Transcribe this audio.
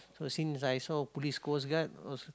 so since I saw a police coast guard was